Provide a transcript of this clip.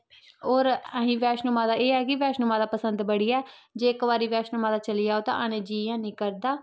और एह् ऐ क् बैष्णों माता बैष्णों माता पसंद बड़ी ऐ जे इक बारी बैष्णों माता चली जाओ ते आनें गी मन ऐनी करदा